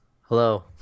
Hello